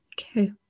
Okay